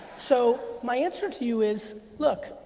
so, my answer to you is, look,